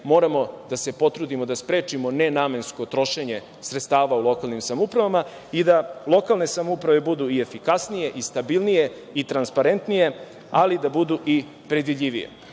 moramo da se potrudimo da sprečimo nenamensko trošenje sredstava u lokalnim samoupravama i da lokalne samouprave budu efikasnije, stabilnije i transparentnije, ali da budu i predvidljivije. Još